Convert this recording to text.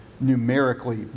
numerically